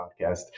podcast